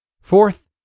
Fourth